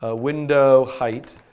ah window height.